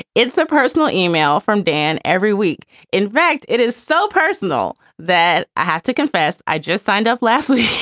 it's a personal email from dan every week in fact, it is so personal that i have to confess i just signed up last week.